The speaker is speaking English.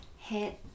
head